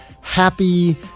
happy